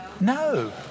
No